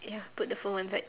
ya put the phone one side